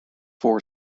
four